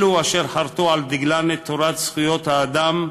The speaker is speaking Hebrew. אלו אשר חרתו על דגלן את תורת זכויות האדם,